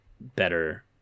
better